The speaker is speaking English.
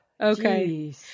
okay